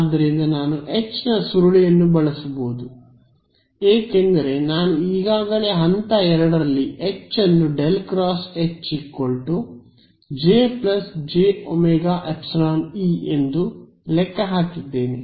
ಆದ್ದರಿಂದ ನಾನು H ನ ಸುರುಳಿಯನ್ನು ಬಳಸಬಹುದು ಏಕೆಂದರೆ ನಾನು ಈಗಾಗಲೇ ಹಂತ 2 ರಲ್ಲಿ H ಅನ್ನು ∇× H JjωεE ಎಂದು ಲೆಕ್ಕ ಹಾಕಿದ್ದೇನೆ